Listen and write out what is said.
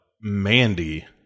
Mandy